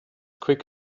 quick